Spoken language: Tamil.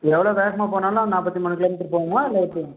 எவ்வளோ வேகமாக போனாலும் நாற்பத்தி மூணு கிலோ மீட்டர் போகுமா இல்லை எப்படி